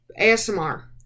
ASMR